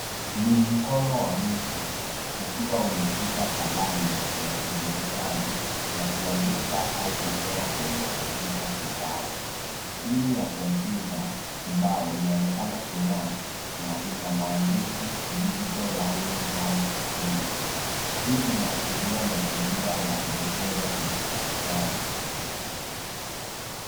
Ni mkono wa mtu ukiwa umeshika kalamu ya kidijitali na kuandika au kuchora kwenye kompyuta kibao. Skrini ya kompyuta kibao inaonekana kung'aa na ina maadishi digital learning hub REIFF. Hii inaashiria mazingira ya kujifunza kidijitali.